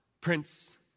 Prince